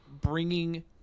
bringing